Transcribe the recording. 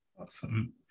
Awesome